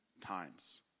times